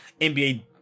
NBA